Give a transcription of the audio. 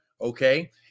okay